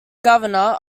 governor